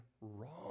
wrong